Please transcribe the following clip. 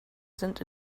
sind